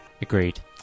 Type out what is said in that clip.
Agreed